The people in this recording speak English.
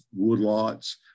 woodlots